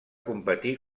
competí